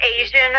Asian